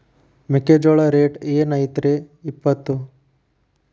ಮೆಕ್ಕಿಜೋಳ ರೇಟ್ ಏನ್ ಐತ್ರೇ ಇಪ್ಪತ್ತು?